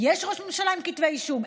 יש ראש ממשלה עם כתבי אישום,